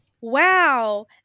wow